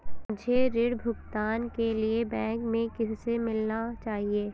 मुझे ऋण भुगतान के लिए बैंक में किससे मिलना चाहिए?